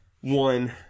one